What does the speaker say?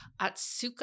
Atsuka